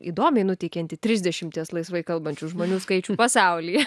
įdomiai nuteikiantį trisdešimties laisvai kalbančių žmonių skaičių pasaulyje